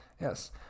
Yes